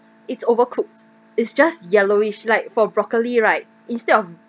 it's overcooked is just yellowish like for broccoli right instead of